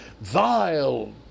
vile